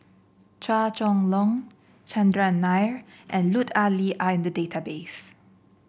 Chua Chong Long Chandran Nair and Lut Ali are in the database